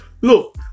Look